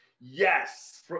Yes